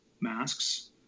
masks